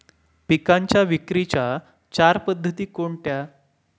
पिकांच्या विक्रीच्या चार पद्धती कोणत्या?